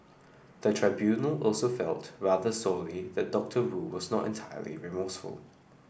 the tribunal also felt rather sorely that Doctor Wu was not entirely remorseful